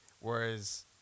Whereas